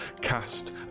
cast